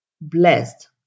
Blessed